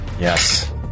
Yes